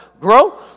Grow